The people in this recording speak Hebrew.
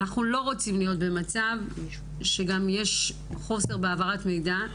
אנחנו לא רוצים להיות במצב שגם יש חוסר בהעברת מידע,